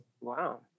Wow